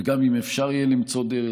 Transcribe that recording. וגם אם אפשר יהיה למצוא דרך,